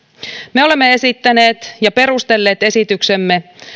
me olemme esittäneet ja perustelleet esityksemme